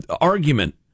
argument